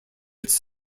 its